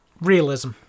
Realism